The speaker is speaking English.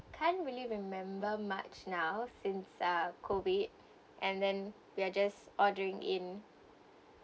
I can't really remember much now since uh COVID and then we are just ordering in